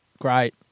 great